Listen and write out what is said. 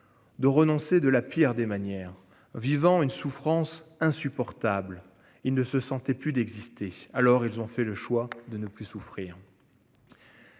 De renoncer de la pire des manières vivant une souffrance insupportable. Il ne se sentait plus d'exister alors ils ont fait le choix de ne plus souffrir.